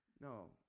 No